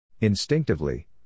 Instinctively